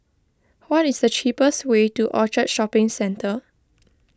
what is the cheapest way to Orchard Shopping Centre